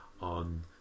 on